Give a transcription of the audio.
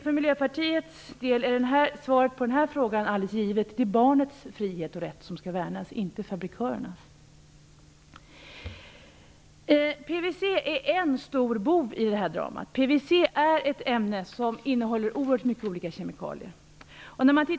För Miljöpartiets del är svaret på den här frågan alldeles givet. Det är barnets frihet och rätt som skall värnas, inte fabrikörernas. PVC är en stor bov i det här dramat. PVC är ett ämne som innehåller oerhört många olika kemikalier.